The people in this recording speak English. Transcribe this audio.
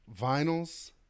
vinyls